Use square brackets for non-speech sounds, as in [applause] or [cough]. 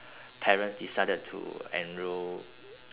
[breath] parents decided to enroll